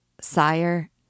sire